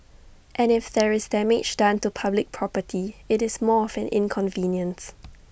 and if there is damage done to public property IT is more of an inconvenience